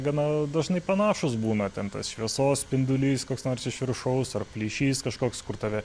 gana dažnai panašūs būna ten tas šviesos spindulys koks nors iš viršaus ar plyšys kažkoks kur tave